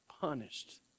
punished